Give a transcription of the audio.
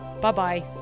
Bye-bye